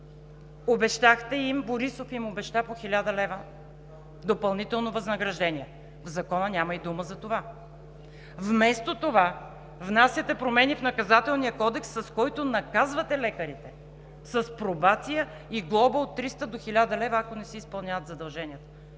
Обещахте, Борисов им обеща, по 1000 лв. допълнително възнаграждение. В Закона няма и дума за това. Вместо това внасяте промени в Наказателния кодекс, с които наказвате лекарите – с пробация и глоба от 200 до 1000 лв., ако не си изпълняват задълженията.